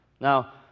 Now